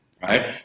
Right